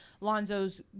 Lonzo's